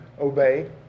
obey